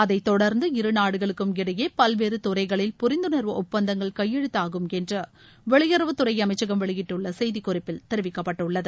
அதை தொடர்ந்து இரு நாடுகளுக்கும் இடையே பல்வேறு துறைகளில் புரிந்துணர்வு ஒப்பந்தங்கள் கையெழுத்தாகும் என்று வெளியுறவுத்துறை அமைச்சும் வெளியிட்டுள்ள செய்திக் குறிப்பில் தெரிவிக்கப்பட்டுள்ளது